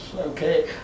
okay